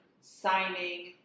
signing